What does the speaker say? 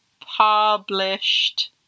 published